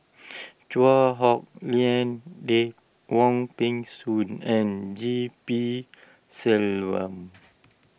Chua Hak Lien Dave Wong Peng Soon and G P Selvam